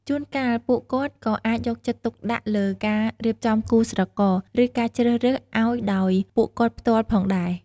ជួនកាល ពួកគាត់ក៏អាចយកចិត្តទុកដាក់លើការរៀបចំគូស្រករ ឬការជ្រើសរើសឱ្យដោយពួកគាត់ផ្ទាល់ផងដែរ។